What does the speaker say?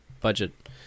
budget